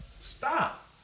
stop